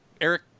Eric